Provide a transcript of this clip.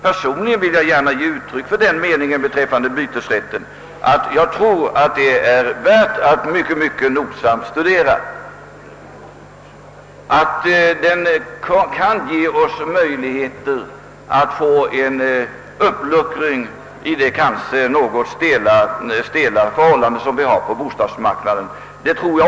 Personligen vill jag emellertid gärna beträffande bytesrätten säga, att jag tror att denna fråga är värd ett mycket noggrant studium. En ändring av bytesrätten kan säkerligen medföra en uppluckring av de nuvarande kanske något stela formerna på bostadsmarknaden.